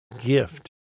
gift